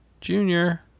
Junior